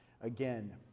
again